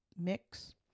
mix